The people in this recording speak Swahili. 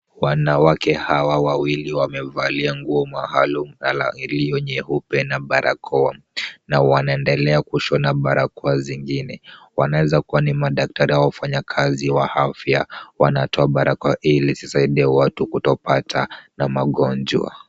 Wanawake hawa wawili wamevalia nguo maalum colour iliyo nyeupe na barakoa na wanaendelea kushona barakoa zingine, wanaeza kuwa ni madaktari au wafanyakazi afya wanatoa barakoa ili zisaidie watu kutopata na magonjwa.